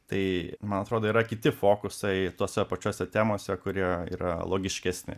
tai man atrodo yra kiti fokusai tuose pačiose temose kurie yra logiškesni